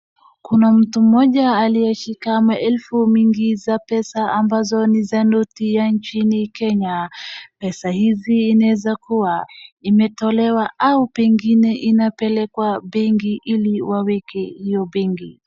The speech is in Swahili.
Kuna mtu mmoja aliyeshika maelfu mingi za pesa ambazo ni za noti ya nchini kenya. Pesa hizi inaweza kuwa imetolewa au pengine ina pelekwa benki ili waweke hiyo benki.